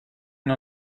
une